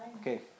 Okay